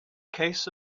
case